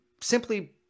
simply